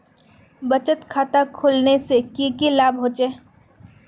बचत खाता खोलने से की की लाभ होचे?